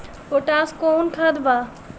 Potash कोउन खाद बा?